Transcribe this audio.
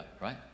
right